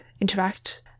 interact